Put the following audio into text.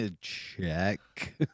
check